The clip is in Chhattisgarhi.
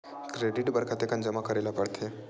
क्रेडिट बर कतेकन जमा करे ल पड़थे?